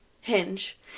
Hinge